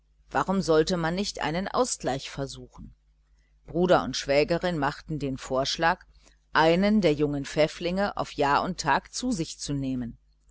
warum sollte man nicht einen ausgleich versuchen bruder und schwägerin machten den vorschlag einen der jungen pfäfflinge auf jahr und tag zu sich zu nehmen